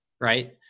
Right